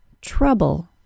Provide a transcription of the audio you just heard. TROUBLE